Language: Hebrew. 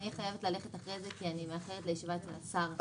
אהיה חייבת ללכת בעוד רגע כי אני מאחרת לישיבה אצל השר.